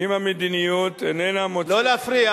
אם המדיניות איננה מוצאת